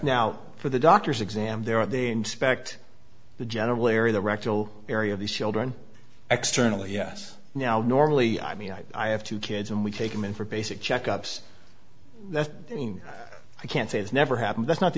now for the doctors exam there are they inspect the general area the rectal area of these children externally yes now normally i mean i have two kids and we take them in for basic checkups that i can't say has never happened that's not